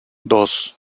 dos